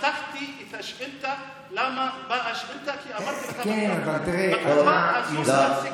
פתחתי את השאילתה ואמרתי לכם שבתקופה הזאת מפסיקים להם,